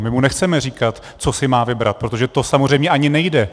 My mu nechceme říkat, co si má vybrat, protože to samozřejmě ani nejde.